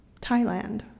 Thailand